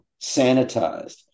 sanitized